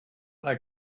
like